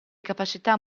capacità